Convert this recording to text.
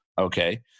Okay